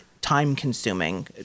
time-consuming